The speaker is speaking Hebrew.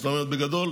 זאת אומרת, בגדול,